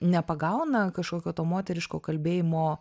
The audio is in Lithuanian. nepagauna kažkokio to moteriško kalbėjimo